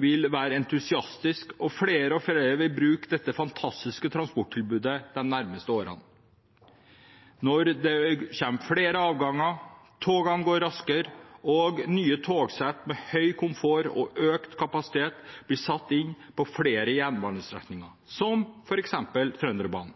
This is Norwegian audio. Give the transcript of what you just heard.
vil være entusiastiske, og flere og flere vil bruke dette fantastiske transporttilbudet de nærmeste årene når det kommer flere avganger, togene går raskere og nye togsett med høy komfort og økt kapasitet blir satt inn på flere jernbanestrekninger, som f.eks. Trønderbanen.